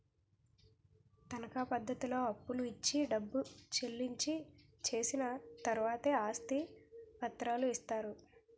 తనకా పద్ధతిలో అప్పులు ఇచ్చి డబ్బు చెల్లించి చేసిన తర్వాతే ఆస్తి పత్రాలు ఇస్తారు